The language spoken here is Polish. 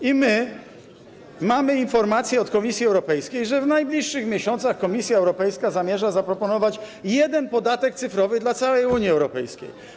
I mamy informację od Komisji Europejskiej, że w najbliższych miesiącach Komisja Europejska zamierza zaproponować jeden podatek cyfrowy dla całej Unii Europejskiej.